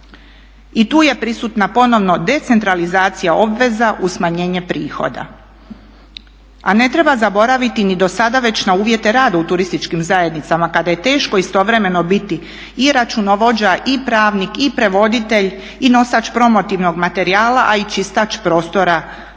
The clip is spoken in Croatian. I tu je prisutna ponovno decentralizacija obveza uz smanjenje prihoda. A ne treba zaboraviti ni do sada već na uvjete rada u turističkim zajednicama kada je teško istovremeno biti i računovođa i pravnik i prevoditelj i nosač promotivnog materijala, a i čistač prostora turističke